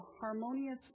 harmonious